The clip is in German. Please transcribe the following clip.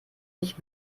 nicht